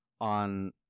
on